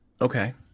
Okay